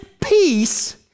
peace